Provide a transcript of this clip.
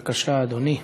בבקשה, אדוני.